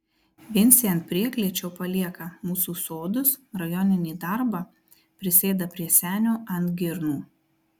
vincė ant prieklėčio palieka mūsų sodus rajoninį darbą prisėda prie senio ant girnų